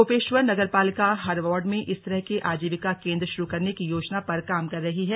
गोपेश्वर नगर पालिका हर वार्ड में इस तरह के आजीविका केंद्र शुरू करने की योजना पर काम कर रही है